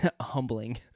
humbling